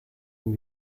and